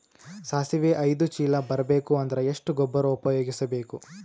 ಸಾಸಿವಿ ಐದು ಚೀಲ ಬರುಬೇಕ ಅಂದ್ರ ಎಷ್ಟ ಗೊಬ್ಬರ ಉಪಯೋಗಿಸಿ ಬೇಕು?